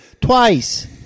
Twice